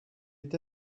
est